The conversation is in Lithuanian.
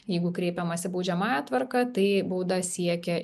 jeigu kreipiamasi baudžiamąja tvarka tai bauda siekia